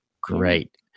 great